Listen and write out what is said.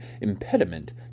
impediment